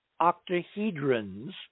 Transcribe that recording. octahedrons